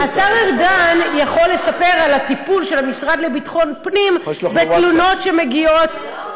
השר ארדן יכול לספר על הטיפול של המשרד לביטחון הפנים בתלונות שמגיעות.